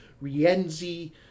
Rienzi